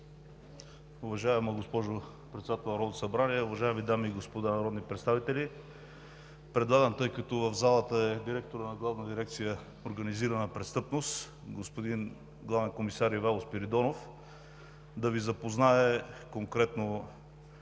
Уважаема госпожо Председател на Народното събрание, уважаеми дами и господа народни представители! Предлагам, тъй като в залата е директорът на Главна дирекция „Организирана престъпност“ – главен комисар Ивайло Спиридонов, той да Ви запознае конкретно